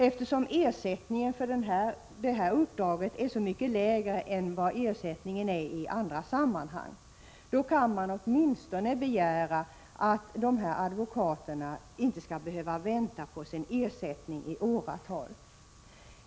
Eftersom ersättningen för sådana här uppdrag är mycket lägre än i andra sammanhang, kan man åtminstone begära att dessa advokater inte skall behöva vänta på ersättning i åratal.